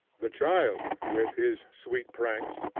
the child with his sweet pranks,